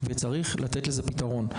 וצריך לתת לזה פתרון.